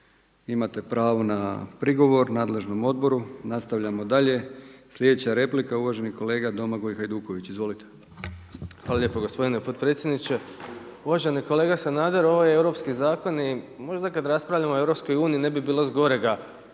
imate pravo na prigovor nadležnom odboru. Nastavljamo dalje. Sljedeća replika uvaženi kolega Domagoj Hajduković. Izvolite. **Hajduković, Domagoj (SDP)** Hvala lijepo gospodine potpredsjedniče. Uvaženi kolega Sanader, ovi europski zakoni možda kad raspravljamo o EU ne bi bilo zgorega